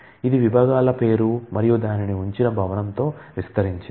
ఇది విభాగాల పేరు మరియు దానిని ఉంచిన భవనంతో విస్తరించింది